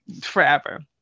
forever